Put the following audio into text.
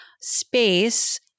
space